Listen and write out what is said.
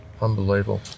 Unbelievable